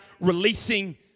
releasing